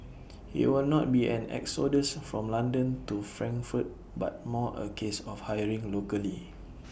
IT will not be an exodus from London to Frankfurt but more A case of hiring locally